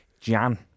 Jan